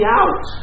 out